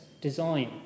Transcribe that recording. design